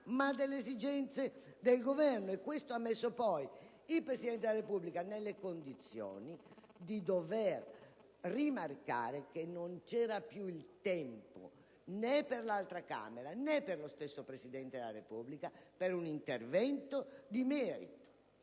ad esigenze del Governo. Questo ha messo poi il Presidente della Repubblica nelle condizioni di dover rimarcare che non c'era più il tempo, né per l'altra Camera, né per lui stesso, per un intervento di merito.